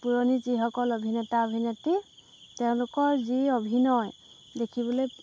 পুৰণি যিসকল অভিনেতা অভিনেত্ৰী তেওঁলোকৰ যি অভিনয় দেখিবলৈ